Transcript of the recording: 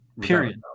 Period